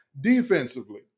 defensively